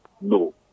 no